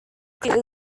county